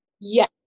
Yes